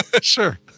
Sure